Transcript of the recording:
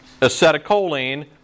acetylcholine